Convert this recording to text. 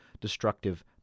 destructive